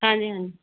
ਹਾਂਜੀ ਹਾਂਜੀ